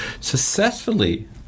successfully